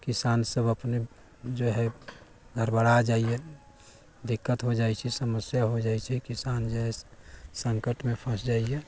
किसानसभ अपने जो हइ हड़बड़ा जाइए दिक्कत हो जाइ छै समस्या हो जाइ छै किसान जे हइ सङ्कटमे फँसि जाइए